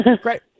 Great